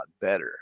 better